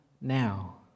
now